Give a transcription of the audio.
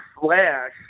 flash